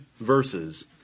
verses